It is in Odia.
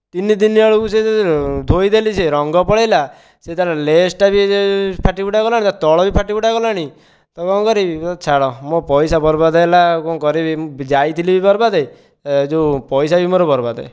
ତିନି ଦିନି ଆଡ଼ୁ ସେ ଧୋଇଦେଲି ଯେ ରଙ୍ଗ ପଳାଇଲା ସେ ତା'ର ଲେସ୍ଟା ବି ଫାଟିଫୁଟା ଗଲାଣି ତା ତଳ ବି ଫାଟିଫୁଟା ଗଲାଣି କ'ଣ କରିବି ହଉ ଛାଡ଼ ମୋ ପଇସା ବରବାଦ ହେଲା ଆଉ କ'ଣ କରିବି ମୁଁ ଯାଇଥିଲି ବି ବରବାଦ ଯେଉଁ ପଇସା ବି ମୋର ବରବାଦ